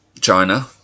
China